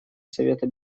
совета